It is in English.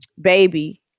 baby